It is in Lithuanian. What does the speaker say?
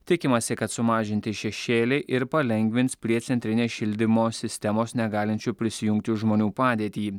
tikimasi kad sumažinti šešėliai ir palengvins prie centrinės šildymo sistemos negalinčių prisijungti žmonių padėtį